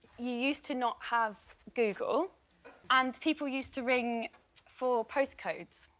you used to not have google and people used to ring for postcodes.